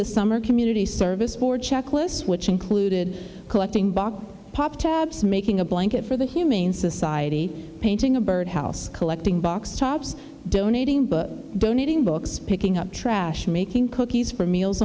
the summer community service for checklists which included collecting box pop tabs making a blanket for the humane society painting a bird house collecting box tops donating donating books picking up trash making cookies for meals